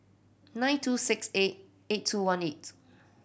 nine two six eight eight two one eight